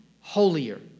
holier